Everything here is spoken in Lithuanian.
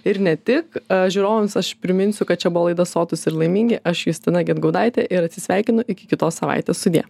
ir ne tik žiūrovams aš priminsiu kad čia buvo laida sotūs ir laimingi aš justina gedgaudaitė ir atsisveikinu iki kitos savaitės sudie